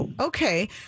Okay